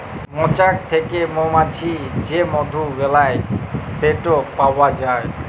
মচাক থ্যাকে মমাছি যে মধু বেলায় সেট পাউয়া যায়